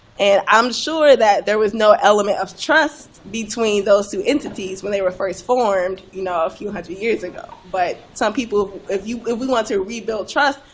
and i'm sure that there was no element of trust between those two entities when they were first formed you know a few hundred years ago. but some people if you know we want to rebuild trust,